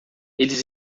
eles